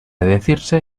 decirse